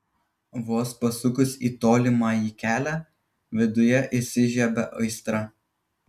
vos pasukus į tolimąjį kelią viduje įsižiebia aistra